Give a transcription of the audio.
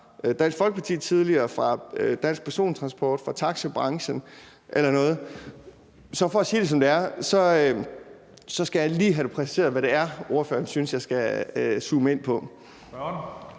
fra Dansk Folkeparti, fra DanskPerson Transport, fra taxabranchen eller nogen anden. Så for at sige det, som det er, skal jeg lige have præciseret, hvad det er, spørgeren synes jeg skal zoome ind på.